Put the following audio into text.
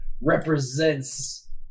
represents